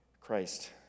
Christ